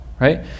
right